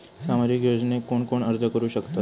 सामाजिक योजनेक कोण कोण अर्ज करू शकतत?